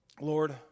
Lord